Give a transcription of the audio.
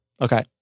Okay